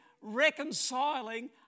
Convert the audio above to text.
reconciling